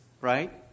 Right